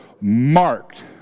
marked